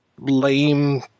lame